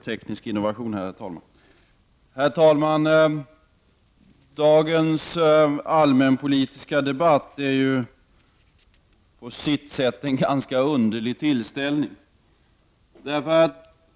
Herr talman! Dagens allmänpolitiska debatt är på sitt sätt en ganska underlig tillställning.